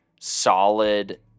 solid